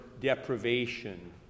deprivation